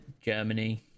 Germany